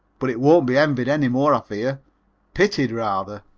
but it won't be envied any more, i fear pitied rather.